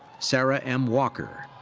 sara m. walker.